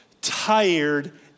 tired